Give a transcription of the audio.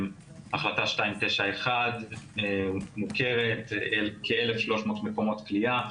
החלטה 291 מוכרת, כ-1,300 מקומות כליאה